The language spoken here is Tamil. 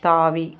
தாவி